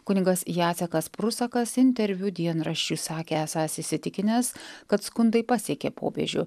kunigas jacekas prusakas interviu dienraščiui sakė esąs įsitikinęs kad skundai pasiekė popiežių